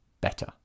Better